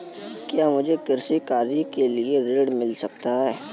क्या मुझे कृषि कार्य के लिए ऋण मिल सकता है?